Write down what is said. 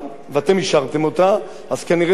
אז כנראה זה היה עיקר שחסר מן הספר.